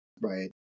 Right